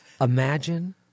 Imagine